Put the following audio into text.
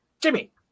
Jimmy